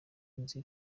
nzi